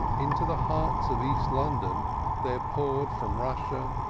into the heart of east london there poured from russia,